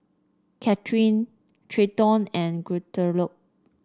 Cathrine Trenton and Guadalupe